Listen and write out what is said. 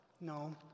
no